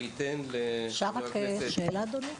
אני אתן לחבר הכנסת --- אפשר רק שאלה אדוני?